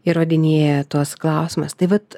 įrodinėja tuos klausimus tai vat